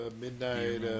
Midnight